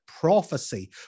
prophecy